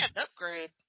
upgrade